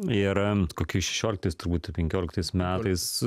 ir kokiais šešioliktais turbūt arba penkioliktais metais